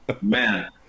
Man